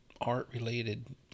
art-related